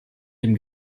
dem